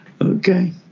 okay